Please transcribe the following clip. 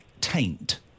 Taint